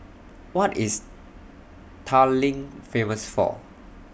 What IS Tallinn Famous For